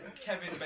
Kevin